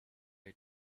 how